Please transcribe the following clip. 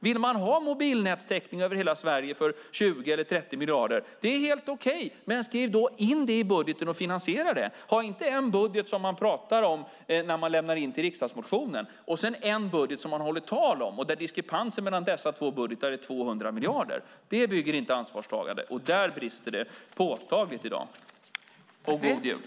Vill man ha mobilnätstäckning över hela Sverige för 20-30 miljarder är det helt okej, men skriv då in det i budgeten och finansiera det! Ha inte en budget som ni pratar om när ni lämnar in den som riksdagsmotion och en budget som ni håller tal om, där diskrepansen mellan dessa två budgetar är 200 miljarder! Det bygger inte ansvarstagande, och där brister det påtagligt i dag! God jul!